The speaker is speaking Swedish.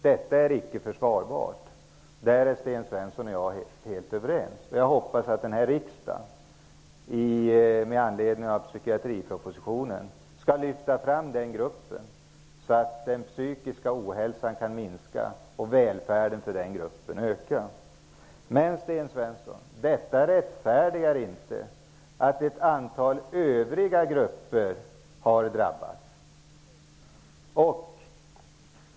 Detta är icke försvarbart -- Sten Svensson och jag är helt överens om det. Jag hoppas att riksdagen med anledning av psykiatripropositionen skall lyfta fram denna grupp, så att den psykiska ohälsan kan minska och välfärden öka för dessa människor. Men detta rättfärdigar inte, Sten Svensson, att ett antal andra grupper har drabbats.